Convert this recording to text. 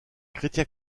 chrétien